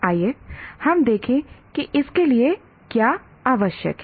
आइए हम देखें कि इसके लिए क्या आवश्यक है